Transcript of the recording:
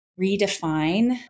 redefine